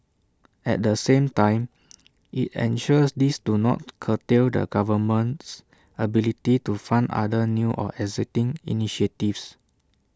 at the same time IT ensures these do not curtail the government's ability to fund other new or existing initiatives